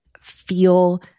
feel